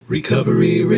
Recovery